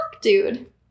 dude